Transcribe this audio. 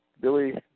Billy